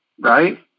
right